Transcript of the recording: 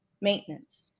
maintenance